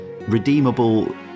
redeemable